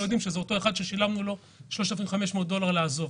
יודעים שזה אותו אחד ששילמנו לו 3,500 דולר כדי לעזוב.